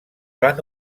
van